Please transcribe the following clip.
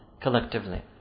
collectively